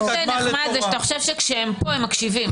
מה שנחמד זה שאתה חושב שכשהם פה הם מקשיבים.